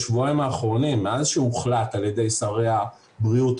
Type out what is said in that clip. בשבועיים האחרונים מאז שהוחלט על ידי שרי הבריאות,